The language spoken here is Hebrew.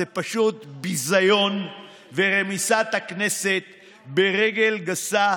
זה פשוט ביזיון ורמיסת הכנסת ברגל גסה,